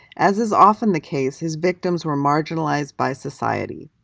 as is often the case, his victims were marginalized by society.